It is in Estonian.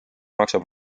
maksab